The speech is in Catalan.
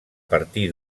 partir